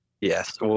Yes